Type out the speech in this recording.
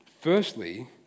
Firstly